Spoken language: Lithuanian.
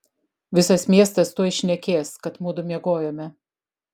visas miestas tuoj šnekės kad mudu miegojome